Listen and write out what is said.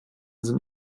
sind